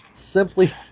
simply